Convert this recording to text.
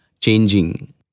changing